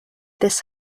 this